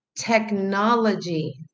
technology